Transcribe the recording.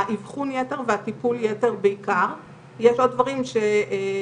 פחות או יותר, יש לנו סל בריאות רחב ונגיש.